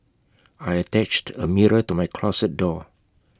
I attached A mirror to my closet door